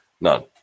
None